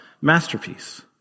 masterpiece